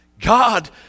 God